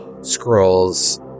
Scrolls